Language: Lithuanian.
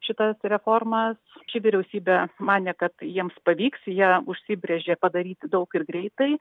šitas reformas ši vyriausybė manė kad jiems pavyks ją užsibrėžė padaryti daug ir greitai